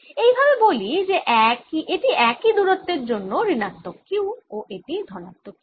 এই ভাবে বলি যে এটি একই দূরত্বের জন্য ঋণাত্মক q ও এটি ধনাত্মক q